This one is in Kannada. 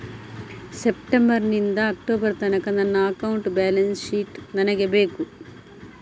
ಸೆಪ್ಟೆಂಬರ್ ನಿಂದ ಅಕ್ಟೋಬರ್ ತನಕ ನನ್ನ ಅಕೌಂಟ್ ಬ್ಯಾಲೆನ್ಸ್ ಶೀಟ್ ನನಗೆ ಬೇಕು